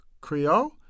Creole